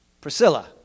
Priscilla